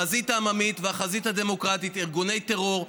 החזית העממית והחזית הדמוקרטית הם ארגוני טרור.